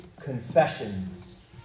Confessions